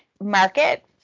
market